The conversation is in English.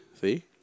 see